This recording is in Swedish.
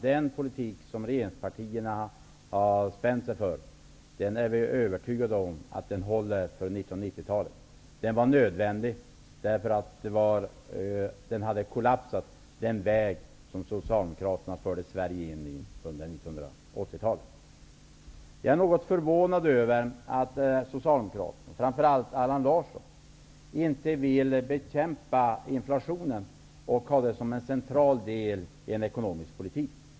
Den politik som regeringspartierna har bestämt sig för är jag övertygad om håller för 1990-talet. Den är nödvändig, eftersom den politik som Socialdemokraterna förde Sverige in på under 1980-talet hade kollapsat. Jag är något förvånad över att Socialdemokraterna, framför allt Allan Larsson, inte vill bekämpa inflationen och göra det till en central del i en ekonomisk politik.